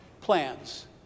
plans